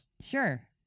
Sure